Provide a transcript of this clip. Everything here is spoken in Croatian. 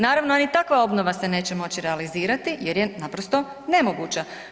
Naravno ni takva obnova se neće moći realizirati jer je naprosto nemoguće.